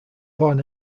bon